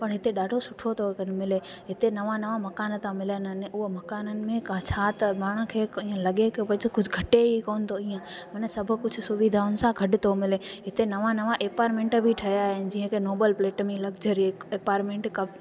पर हिते ॾाढो सुठो थो घरु मिले हिते नवां नवां मकान था मिलनि उहो मकाननि में का छा त पाण खे त ईअं लॻे की बई कुझु घटे ई कोन थो ईअं हुन सभु कुझु सुविधाउनि सां गॾु थो मिले हिते नवां नवां एपारमैंट बि ठहिया आहिनि जीअं की नोबल फ्लैट में लक्जरी हिकु एपारमैंट